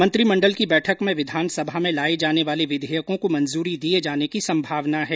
मंत्रीमंण्डल की बैठक में विधानसभा में लाये जाने वाले विघेयकों को मंजूरी दिये जाने की संभावना है